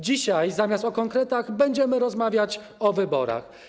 Dzisiaj zamiast o konkretach będziemy rozmawiać o wyborach.